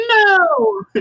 No